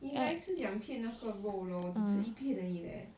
你还吃两片那个肉 lor 我只吃一片而已 leh